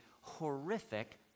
horrific